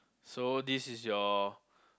so this is your